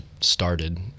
started